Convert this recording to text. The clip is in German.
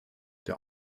der